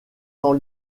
sans